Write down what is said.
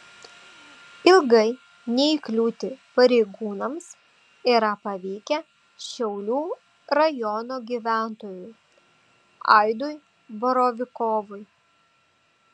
ilgai neįkliūti pareigūnams yra pavykę šiaulių rajono gyventojui aidui borovikovui